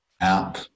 app